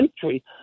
country